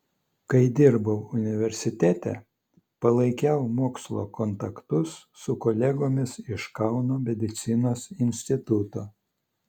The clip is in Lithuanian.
kai dirbau universitete palaikiau mokslo kontaktus su kolegomis iš kauno medicinos instituto